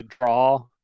draw